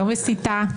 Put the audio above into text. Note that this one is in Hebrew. לא מסיתה,